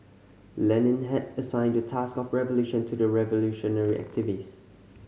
Lenin had assigned the task of revolution to the revolutionary activist